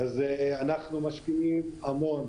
אנחנו משקיעים המון